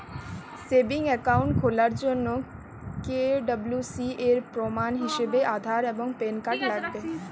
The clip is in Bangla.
সেভিংস একাউন্ট খোলার জন্য কে.ওয়াই.সি এর প্রমাণ হিসেবে আধার এবং প্যান কার্ড লাগবে